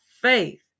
faith